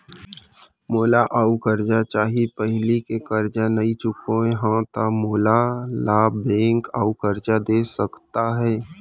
मोला अऊ करजा चाही पहिली के करजा नई चुकोय हव त मोल ला बैंक अऊ करजा दे सकता हे?